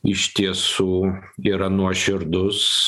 iš tiesų yra nuoširdus